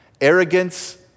Arrogance